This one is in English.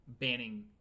banning